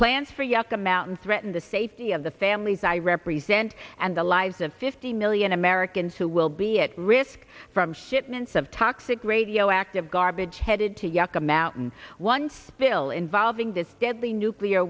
plan for yucca mountain threaten the safety of the families i represent and the lives of fifty million americans who will be at risk from shipments of toxic radioactive garbage headed to yucca mountain one spill involving this deadly nuclear